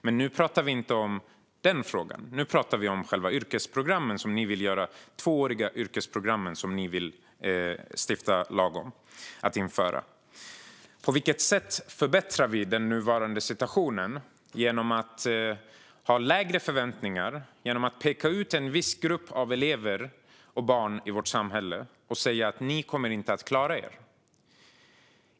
Men nu pratar vi inte om den frågan utan om de tvååriga yrkesprogram som ni vill stifta lag om att införa. På vilket sätt förbättrar vi den nuvarande situationen genom att ha lägre förväntningar och genom att peka ut en viss grupp elever och barn i vårt samhälle och säga att de inte kommer att klara sig?